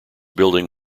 building